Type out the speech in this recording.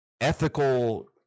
ethical